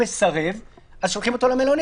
שבסוף זו תהיה החלטה של גורם מקצועי אצלכם,